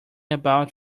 about